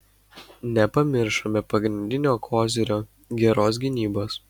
nepamiršome pagrindinio kozirio geros gynybos